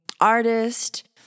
artist